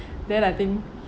then I think